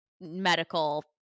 medical